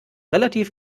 relativ